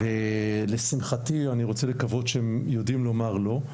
ואני רוצה לקוות שהם יודעים לומר לא,